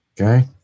Okay